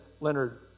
Leonard